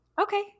Okay